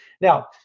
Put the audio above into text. Now